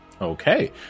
Okay